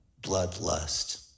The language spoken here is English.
bloodlust